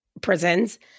prisons